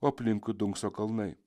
o aplinkui dunkso kalnai